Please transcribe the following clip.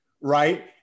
right